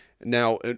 Now